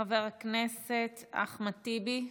חבר הכנסת אחמד טיבי,